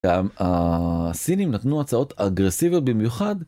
גם הסינים נתנו הצעות אגרסיביות במיוחד.